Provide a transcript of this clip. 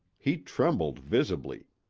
he trembled visibly.